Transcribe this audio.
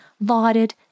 lauded